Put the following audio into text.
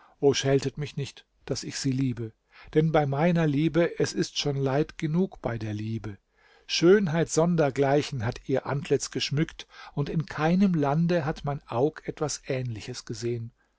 scheltet mich nicht daß ich sie liebe denn bei meiner liebe es ist schon leid genug bei der liebe schönheit sondergleichen hat ihr antlitz geschmückt und in keinem lande hat mein aug etwas ähnliches gesehen